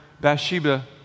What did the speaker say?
Bathsheba